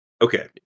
Okay